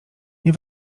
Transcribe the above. nie